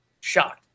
shocked